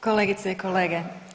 Kolegice i kolege.